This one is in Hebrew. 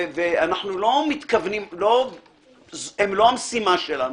הם לא המשימה שלנו,